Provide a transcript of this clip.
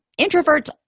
introverts